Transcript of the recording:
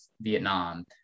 Vietnam